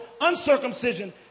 uncircumcision